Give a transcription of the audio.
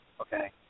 okay